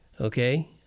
okay